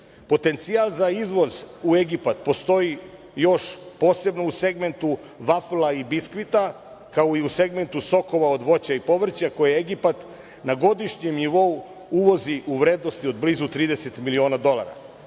industrije. Potencijal za izvoz u Egipat postoji još posebno u segmentu vafla i biskvita, kao i u segmentu sokova od voća i povrća koje Egipat na godišnjem nivou uvozi u vrednosti od blizu 30 miliona dolara.